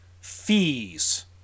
fees